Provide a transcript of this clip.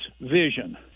vision